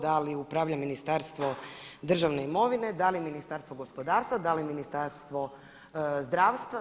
Da li upravlja Ministarstvo državne imovine, da li Ministarstvo gospodarstva, da li Ministarstvo zdravstva.